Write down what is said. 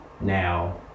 now